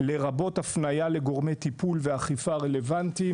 לרבות הפנייה לגורמי טיפול ואכיפה רלוונטיים